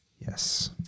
Yes